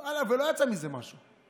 אבל לא יצא מזה משהו.